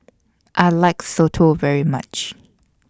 I like Soto very much